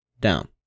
down